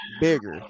bigger